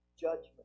judgment